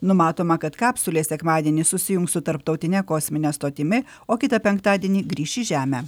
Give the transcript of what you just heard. numatoma kad kapsulė sekmadienį susijungs su tarptautine kosmine stotimi o kitą penktadienį grįš į žemę